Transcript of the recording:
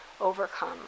overcome